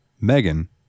Megan